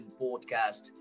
podcast